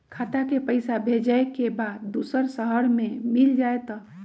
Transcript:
खाता के पईसा भेजेए के बा दुसर शहर में मिल जाए त?